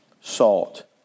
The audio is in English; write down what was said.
salt